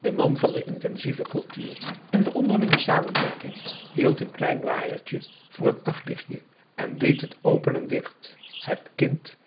de man van de intensieve cultuur en de onderlinge samenwerking hield een klein waaiertje voor het nachtlichtje en deed het open en dicht het kind